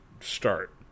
start